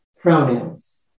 pronouns